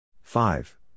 Five